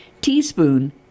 teaspoon